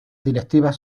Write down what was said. directivas